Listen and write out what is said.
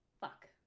Fuck